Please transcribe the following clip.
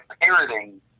parroting